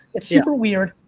it's super weird.